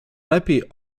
lepiej